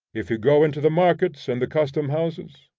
if you go into the markets and the custom-houses,